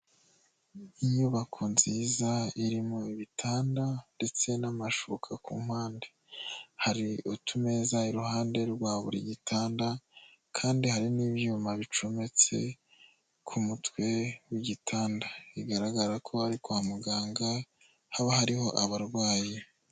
Inyubako nziza irimo ibitanda ndetse n'amashuka ku mpande, hari utumeza iruhande rwa buri gitanda kandi hari n'ibyuma bicometse, ku mutwe w'igitanda bigaragara ko ari kwa muganga haba hariho abarwayi.